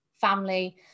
family